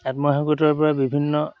আত্মসহায়ক গোটৰপৰা বিভিন্ন